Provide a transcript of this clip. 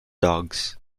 dogs